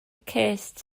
cest